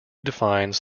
defines